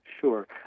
sure